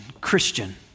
Christian